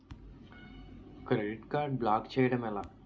Credit card block చేయడం ఎలా?